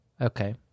Okay